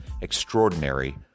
extraordinary